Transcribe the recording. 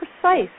precise